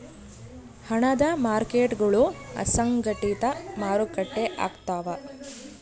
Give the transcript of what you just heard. ಹಣದ ಮಾರ್ಕೇಟ್ಗುಳು ಅಸಂಘಟಿತ ಮಾರುಕಟ್ಟೆ ಆಗ್ತವ